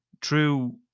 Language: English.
true